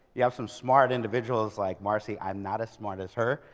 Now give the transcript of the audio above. you have some smart individuals like marcy, i'm not as smart as her.